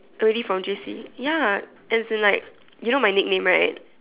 already from J_C ya as in like you know my nickname right